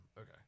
Okay